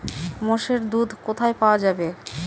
মোষের দুধ কোথায় পাওয়া যাবে?